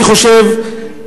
אני חושב,